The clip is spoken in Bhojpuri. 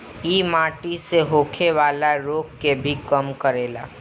इ माटी से होखेवाला रोग के भी कम करेला